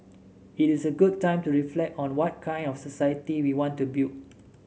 it is a good time to reflect on what kind of society we want to build